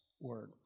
word